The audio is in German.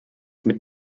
mit